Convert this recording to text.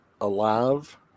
alive